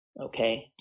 okay